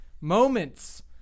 moments